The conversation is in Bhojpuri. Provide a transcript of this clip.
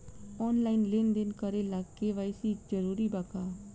आनलाइन लेन देन करे ला के.वाइ.सी जरूरी बा का?